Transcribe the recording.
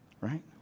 Right